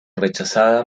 rechazada